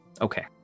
Okay